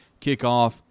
kickoff